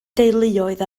deuluoedd